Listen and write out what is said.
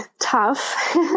tough